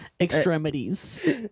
extremities